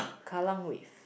Kallang Wave